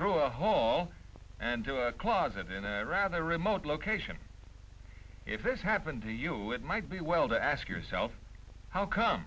through a hole and to a closet in a rather remote location if this happened to you it might be well to ask yourself how come